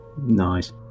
Nice